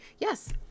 Yes